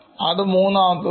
അത് മൂന്നാമത്തെ Step